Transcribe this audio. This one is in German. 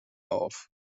auf